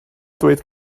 dweud